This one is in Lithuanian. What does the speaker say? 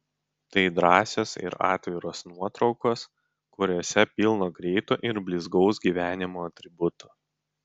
tai drąsios ir atviros nuotraukos kuriose pilna greito ir blizgaus gyvenimo atributų